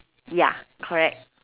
ya correct